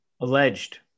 Alleged